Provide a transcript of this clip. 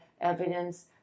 evidence